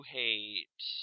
hate